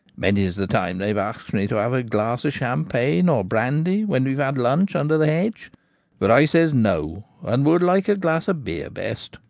many's the time they've axed me to have a glass of champagne or brandy when we've had lunch under the hedge but i says no, and would like a glass of beer best,